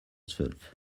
zwölf